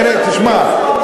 תשמע,